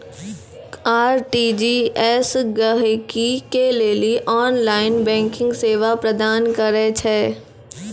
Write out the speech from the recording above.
RTGS गहकि के लेली ऑनलाइन बैंकिंग सेवा प्रदान करै छै